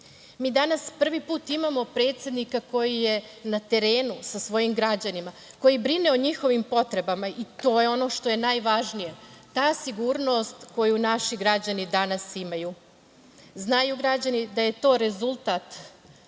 danas prvi put imamo predsednika koji je na terenu sa svojim građanima, koji brine o njihovim potrebama i to je ono što je najvažnije, ta sigurnost koju naši građani danas imaju. Znaju građani da je to rezultat